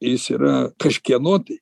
jis yra kažkieno tai